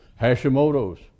Hashimoto's